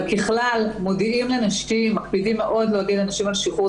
ככלל, מקפידים מאוד להודיע לנשים על שחרורים.